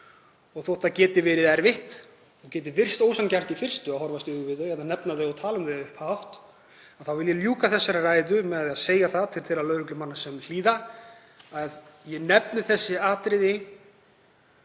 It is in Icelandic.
Og þótt það geti verið erfitt og geti virst ósanngjarnt í fyrstu að horfast í augu við þau eða nefna þau og tala um þau upphátt þá vil ég ljúka þessari ræðu með því að segja við þá lögreglumenn sem á hlýða að ég nefni þessi atriði